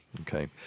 okay